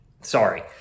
sorry